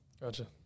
gotcha